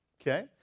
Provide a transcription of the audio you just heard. okay